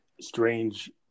strange